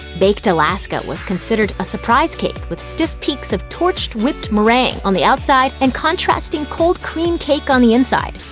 baked alaska was considered a surprise cake with stiff peaks of torched whipped meringue on the outside and contrasting, cold ice cream cake on the inside.